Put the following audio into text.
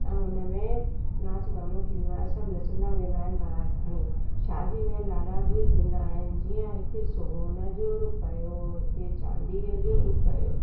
ऐं हुन में नाच गानो थींदो आहे सभु नचंदा वेंदा आहिनि बारात में शादी में लाॾा बि थींदा आहिनि जीअं हिकु सोन जो रुपयो हिक चांदीअ जो रुपयो